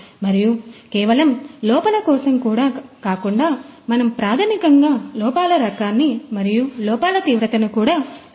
మరియు కేవలం లోపల కోసం కాకుండా మనం ప్రాథమికంగా లోపాల రకాన్ని మరియు లోపాల తీవ్రతను కూడా తెలుసుకుంటాము